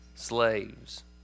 slaves